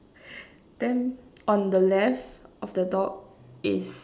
then on the left of the dog is